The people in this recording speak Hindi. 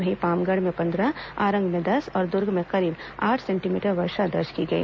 वहीं पामगढ़ में पंद्रह आरंग में दस और दुर्ग में करीब आठ सेंटीमीटर वर्षा दर्ज की गई